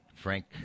Frank